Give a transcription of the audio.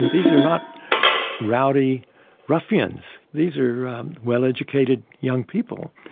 and these are not rowdy ruffians, these are well educated young people.